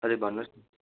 हजुर भन्नुहोस् न